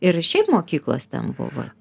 ir šiaip mokyklos ten buvo